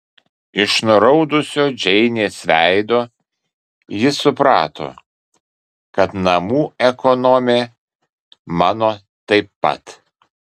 iš nuraudusio džeinės veido ji suprato kad namų ekonomė mano taip pat